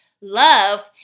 Love